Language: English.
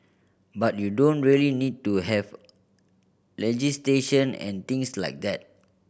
but you don't really need to have legislation and things like that